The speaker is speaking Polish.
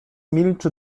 milczy